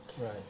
Right